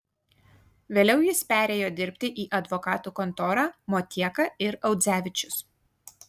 vėliau jis perėjo dirbti į advokatų kontorą motieka ir audzevičius